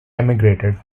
emigrated